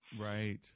Right